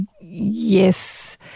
yes